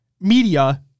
media